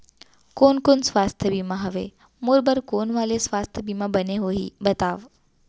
कोन कोन स्वास्थ्य बीमा हवे, मोर बर कोन वाले स्वास्थ बीमा बने होही बताव?